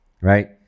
right